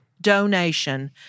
donation –